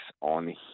on